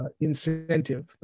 incentive